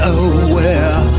aware